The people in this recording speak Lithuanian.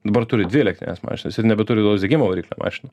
dabar turi dvi elektrines mašinas ir nebeturi vidaus degimo variklio mašinų